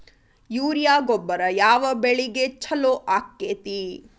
Urea ಗೊಬ್ಬರ ಯಾವ ಬೆಳಿಗೆ ಛಲೋ ಆಕ್ಕೆತಿ?